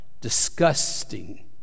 disgusting